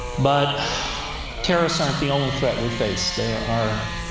but terrorists aren't the only threat we face. there are